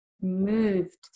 moved